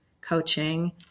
coaching